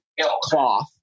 cloth